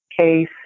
case